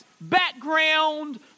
background